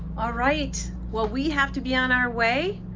ah right, well we have to be on our way,